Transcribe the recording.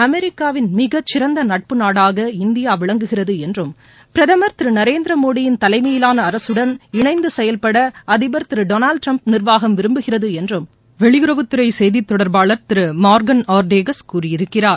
அமெரிக்காவின் மிகச்சிறந்த நட்பு நாடாக இந்திய விளங்குகிறது என்றும் பிரதம் திரு நரேந்திரமோடி தலைமையிலாள அரசுடன் இணைந்து செயல்பட அதிபர் திரு டொளால்டு ட்டிரம்ப் நிர்வாகம் விரும்புகிறது என்றும் வெளியுறவுத்துறை செய்தி தொடர்பாளர் திரு மார்கன் ஆர்ட்டேகஸ் கூறியிருக்கிறார்